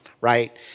right